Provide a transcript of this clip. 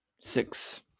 Six